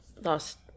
Lost